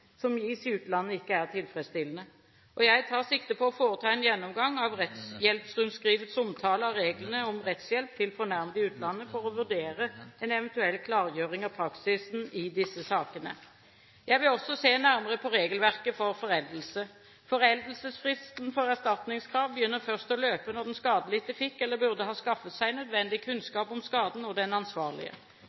som gis i utlandet, ikke er tilfredsstillende. Jeg tar sikte på å foreta en gjennomgang av rettshjelpsrundskrivets omtale av reglene om rettshjelp til fornærmede i utlandet for å vurdere en eventuell klargjøring av praksisen i disse sakene. Jeg vil også se nærmere på regelverket om foreldelse. Foreldelsesfristen for erstatningskrav begynner først å løpe når den skadelidte fikk eller burde ha skaffet seg nødvendig kunnskap om skaden og den ansvarlige.